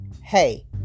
Hey